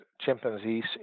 chimpanzees